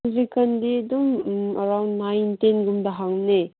ꯍꯧꯖꯤꯛ ꯀꯥꯟꯗꯤ ꯑꯗꯨꯝ ꯑꯔꯥꯎꯟ ꯅꯥꯏꯟ ꯇꯦꯟꯒꯨꯝꯕꯗ ꯍꯥꯡꯕꯅꯦ